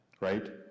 right